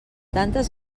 tantes